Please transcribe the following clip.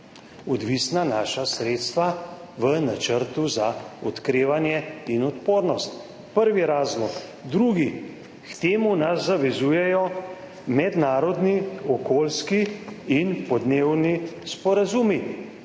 odvisna naša sredstva v Načrtu za okrevanje in odpornost. Prvi razlog. Drugi: k temu nas zavezujejo mednarodni okoljski in podnebni sporazumi.